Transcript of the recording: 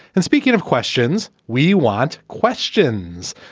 and speaking of questions, we want questions.